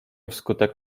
wskutek